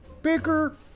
Bigger